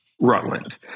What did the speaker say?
Rutland